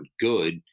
good